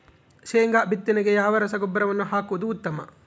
ಶೇಂಗಾ ಬಿತ್ತನೆಗೆ ಯಾವ ರಸಗೊಬ್ಬರವನ್ನು ಹಾಕುವುದು ಉತ್ತಮ?